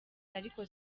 ariko